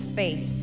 faith